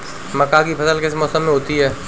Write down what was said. मक्का की फसल किस मौसम में होती है?